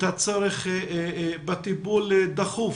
את הצורך בטיפול דחוף